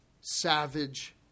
savage